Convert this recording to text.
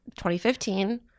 2015